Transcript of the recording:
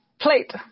plate